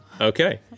Okay